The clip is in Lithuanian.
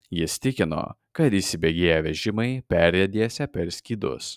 jis tikino kad įsibėgėję vežimai perriedėsią per skydus